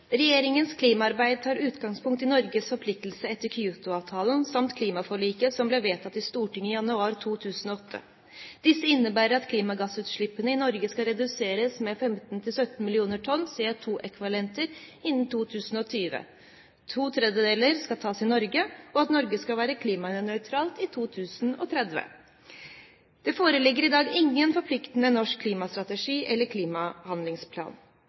Regjeringens klimaarbeid tar utgangspunkt i Norges forpliktelser etter Kyoto-avtalen samt klimaforliket som ble vedtatt i Stortinget i januar 2008. Disse innebærer at klimagassutslippene i Norge skal reduseres med 15–17 mill. tonn CO2-ekvivalenter innen 2020 – to tredjedeler skal tas i Norge – og at Norge skal være klimanøytralt i 2030. Det foreligger i dag ingen forpliktende norsk klimastrategi eller klimahandlingsplan.